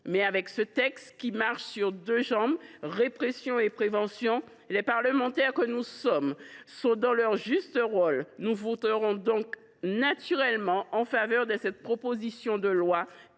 cause, avec ce texte qui marche sur deux jambes, répression et prévention, les parlementaires que nous sommes jouent leur juste rôle. Nous voterons donc naturellement cette proposition de loi